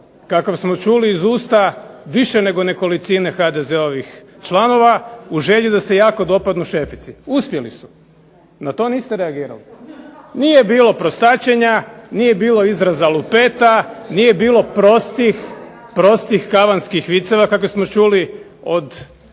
kakav smo čuli iz usta više nego nekolicine HDZ-ovih članova, u želji da se jako dopadnu šefici. Uspjeli su. Na to niste reagirali. Nije bilo prostačenja, nije bilo izraza lupeta, nije bilo prostih kavanskih viceva kakve smo čuli od zastupnika